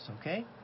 okay